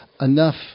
enough